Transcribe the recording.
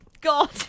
God